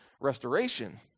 restoration